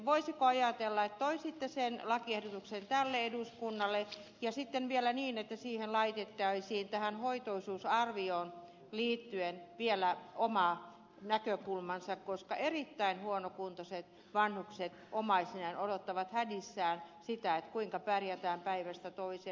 voisiko ajatella että toisitte sen lakiehdotuksen tälle eduskunnalle ja sitten vielä niin että tähän hoito osuusarvioon laitettaisiin liittyen vielä oma näkökulmansa koska erittäin huonokuntoiset vanhukset omaisineen odottavat hädissään sitä kuinka pärjätään päivästä toiseen